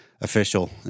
official